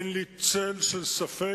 אין לי צל של ספק